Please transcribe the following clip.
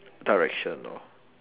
direction lor